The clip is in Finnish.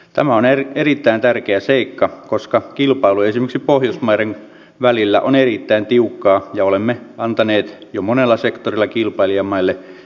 tämä on erittäin tärkeä seikka koska kilpailu esimerkiksi pohjoismaiden välillä on erittäin tiukkaa ja olemme antaneet jo monella sektorilla kilpailijamaille etulyöntiaseman